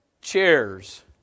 chairs